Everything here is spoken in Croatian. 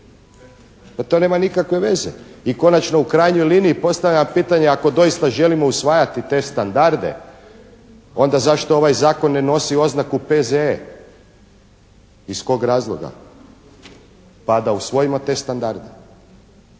To nema nikakve veze. I konačno u krajnjoj liniji postavljam pitanje ako doista želimo usvajati te standarde onda zašto ovaj zakon ne nosi oznaku P.Z.E. Iz kog razloga? Pa da usvojimo te standarde.